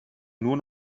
nur